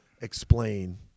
explain